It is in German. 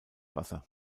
wasser